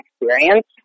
experience